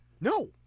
No